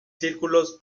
círculos